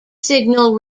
signal